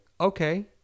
okay